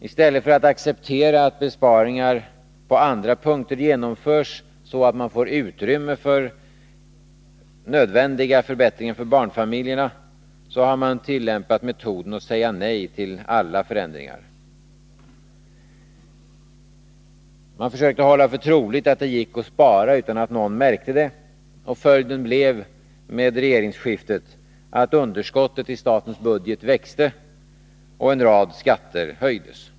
Istället för att acceptera att besparingar på andra punkter genomförs så att man får utrymme för nödvändiga förbättringar för barnfamiljerna, så har man tillämpat metoden att säga nej till alla förändringar. Man försökte hålla för troligt att det gick att spara utan att någon märkte det. Följden blev, efter regeringsskiftet, att underskottet i statens budget växte och att en rad skatter höjdes.